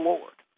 Lord